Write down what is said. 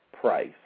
price